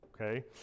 okay